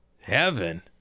Heaven